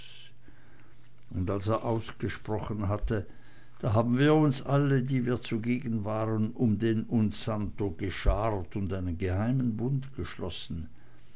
und als er ausgesprochen hatte da haben wir uns alle die wir zugegen waren um den un santo geschart und einen geheimen bund geschlossen